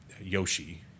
Yoshi